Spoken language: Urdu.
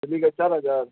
سبھی کا چار ہزار